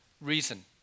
reason